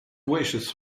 wishes